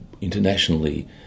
internationally